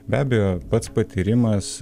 be abejo pats patyrimas